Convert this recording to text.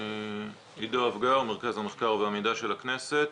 עדו אבגר, מרכז המחקר והמידע של הכנסת.